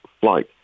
flight